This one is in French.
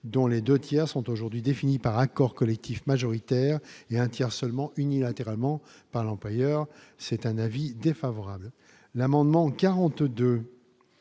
dont les 2 tiers sont aujourd'hui défini par accord collectif majoritaire et un tiers seulement unilatéralement par l'employeur, c'est un avis défavorable